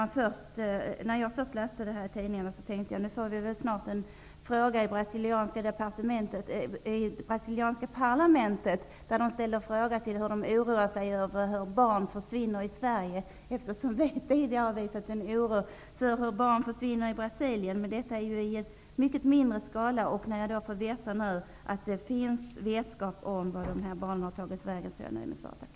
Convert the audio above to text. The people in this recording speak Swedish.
När jag först läste om detta i tidningarna tänkte jag att nu får vi väl snart en fråga från brasilianska parlamentet, där man oroar sig för hur barn försvinner i Sverige, eftersom vi tidigare har visat oro för hur barn försvinner i Brasilien. Men detta är ett problem i mycket mindre skala. När jag nu får veta att det finns vetskap om vart dessa barn har tagit vägen, är jag nöjd med svaret.